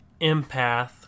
empath